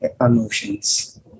emotions